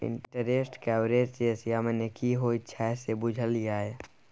Interest coverage ratio मने की होइत छै से बुझल यै?